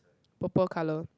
purple colour